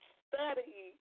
study